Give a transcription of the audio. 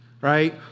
right